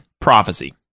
prophecy